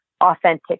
authentic